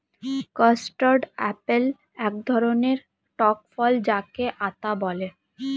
custard apple এক ধরণের টক ফল যাকে আতা বলে